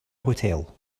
hotel